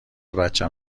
بچم